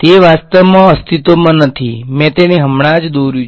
તે વાસ્તવમાં અસ્તિત્વમાં નથી મેં તેને હમણાં જ દોર્યું છે